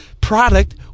product